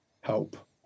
help